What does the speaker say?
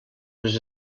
les